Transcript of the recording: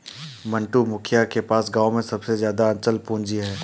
मंटू, मुखिया के पास गांव में सबसे ज्यादा अचल पूंजी है